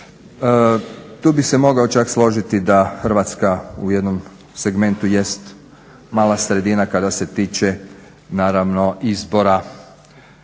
tu bi se mogao čak složiti da Hrvatska u jednom segmentu jest mala sredina kada se tiče izbora